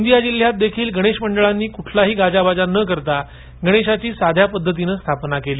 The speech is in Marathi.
गोंदिया जिल्यात देखील गणेश मंडळांनी कुठलाही गाजावाजा न करता गणेशाची साध्या पद्धतीने स्थापना केली